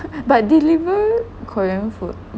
but deliver korean food